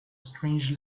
strange